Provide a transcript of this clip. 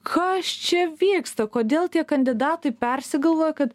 kas čia vyksta kodėl tie kandidatai persigalvojo kad